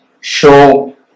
show